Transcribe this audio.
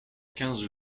quinze